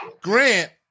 Grant